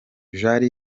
jean